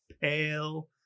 pale